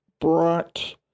brought